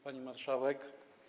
Pani Marszałek!